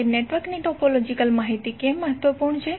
હવે નેટવર્કની ટોપોલોજીકલ માહિતી કેમ મહત્વપૂર્ણ છે